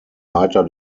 leiter